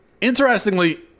Interestingly